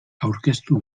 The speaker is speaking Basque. aurkeztu